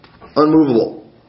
unmovable